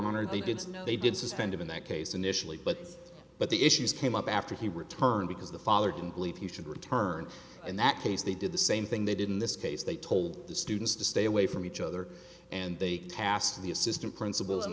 honor they did they did suspend him in that case initially but but the issues came up after he returned because the father didn't believe he should return in that case they did the same thing they did in this case they told the students to stay away from each other and the task of the assistant principal